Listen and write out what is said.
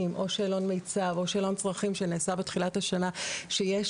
או שאלון מיצ"ב או שאלון צרכים שנעשה בתחילת השנה שיש